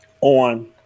on